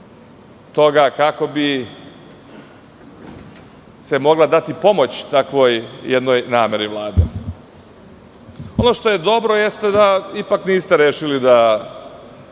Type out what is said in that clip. toga, kako bi se mogla dati pomoć takvoj jednoj nameri Vlade. Ono što je dobro jeste da ipak niste rešili da